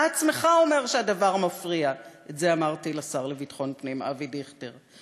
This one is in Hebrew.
אתה עצמך אומר שהדבר מפריע" את זה אמרתי לשר לביטחון פנים אבי דיכטר,